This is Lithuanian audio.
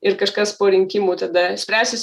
ir kažkas po rinkimų tada spręsis